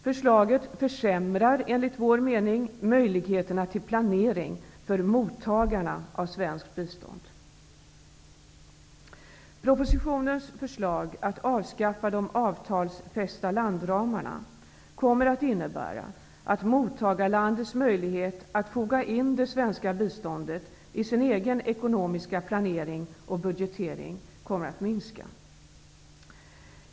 Förslaget försämrar, enligt vår mening, möjligheterna till planering för mottagarna av svenskt bistånd. Propositionens förslag att avskaffa de avtalsfästa landramarna kommer att innebära att mottagarlandets möjlighet att foga in det svenska biståndet i sin egen ekonomiska planering och budgetering minskar.